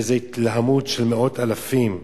איזה התלהמות של מאות אלפים.